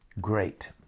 great